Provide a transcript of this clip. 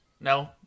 no